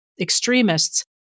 extremists